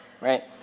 right